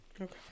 Okay